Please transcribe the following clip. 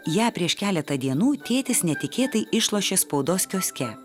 ją prieš keletą dienų tėtis netikėtai išlošė spaudos kioske